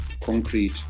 concrete